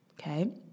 okay